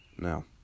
Now